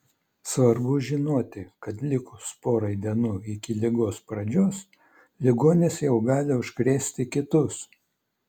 svarbu žinoti kad likus porai dienų iki ligos pradžios ligonis jau gali užkrėsti kitus